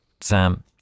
Sam